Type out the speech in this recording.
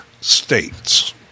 states—